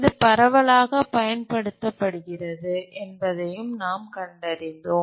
இது பரவலாகப் பயன்படுத்தப்படுகிறது என்பதையும் நாம் கண்டறிந்தோம்